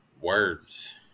words